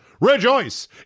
rejoice